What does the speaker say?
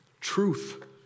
Truth